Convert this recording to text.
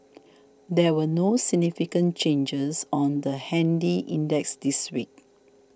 there were no significant changes on the handy index this week